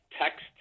text